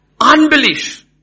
unbelief